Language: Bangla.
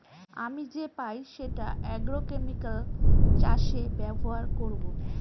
আমি যে পাই সেটা আগ্রোকেমিকাল চাষে ব্যবহার করবো